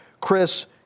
Chris